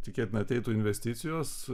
tikėtina ateitų investicijos